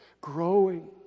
Growing